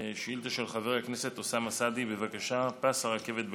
של חבר הכנסת אוסאמה סעדי: פס הרכבת בלוד.